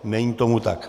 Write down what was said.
Není tomu tak.